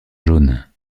jaune